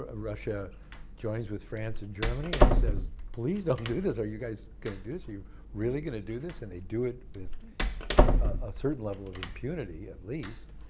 ah russia joins with france and germany and says please don't and do this. are you guys going to do this? are you really going to do this? and they do it with a certain level of impunity, at least.